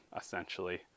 essentially